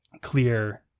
clear